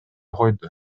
койду